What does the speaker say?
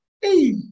Hey